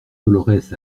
dolorès